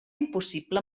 impossible